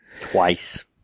Twice